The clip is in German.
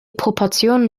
proportionen